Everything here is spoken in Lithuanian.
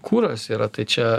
kuras yra tai čia